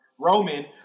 Roman